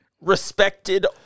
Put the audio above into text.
respected